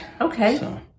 Okay